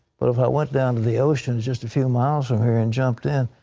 but if i went down to the ocean just a few miles from here and jumped in,